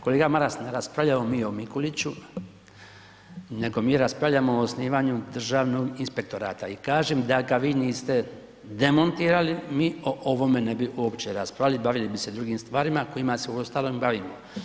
Kolega Maras, ne raspravljamo mi o Mikuliću nego mi raspravljamo o osnivanju Državnog inspektorata i kažem da ga vi niste demontirali, mi o ovome ne bi uopće raspravili, bavili bi se drugim stvarima kojima se uostalom i bavimo.